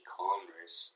commerce